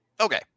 Okay